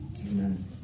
Amen